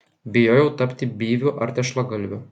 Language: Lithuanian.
bijojau tapti byviu ar tešlagalviu